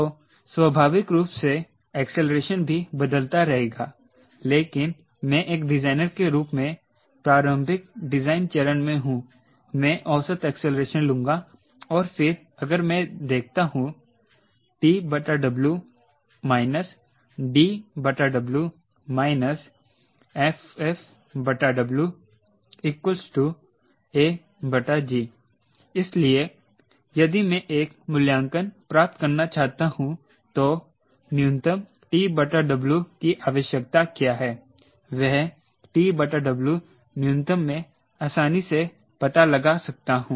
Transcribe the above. तो स्वाभाविक रूप से एक्सेलरेशन भी बदलता रहेगा लेकिन मैं एक डिजाइनर के रूप में प्रारंभिक डिजाइन चरण में हूं मैं औसत एक्सेलरेशन लूंगा और फिर अगर मैं देखता हूं TW DW FfW ag इसलिए यदि मैं एक मूल्यांकन प्राप्त करना चाहता हूं तो न्यूनतम TW की आवश्यकता क्या है वह TW न्यूनतम मैं आसानी से पता लगा सकता हूं